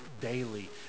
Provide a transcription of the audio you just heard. daily